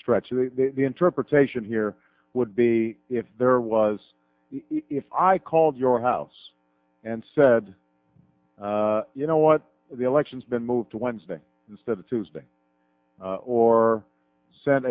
stretch of the interpretation here would be if there was if i called your house and said you know what the election's been moved to wednesday instead of tuesday or send